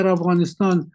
Afghanistan